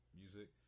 music